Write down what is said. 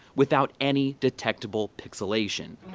without any detectable pixelation?